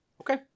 Okay